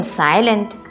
silent